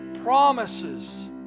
Promises